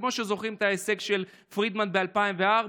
כמו שזוכרים את ההישג של פרידמן ב-2004.